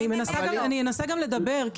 אני אנסה גם לדבר,